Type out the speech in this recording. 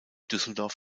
düsseldorf